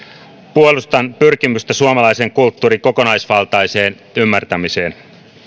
puolustan pyrkimystä suomalaisen kulttuurin kokonaisvaltaiseen ymmärtämiseen